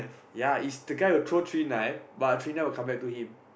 ya it's the guy who throw three knife but three knife will come back to him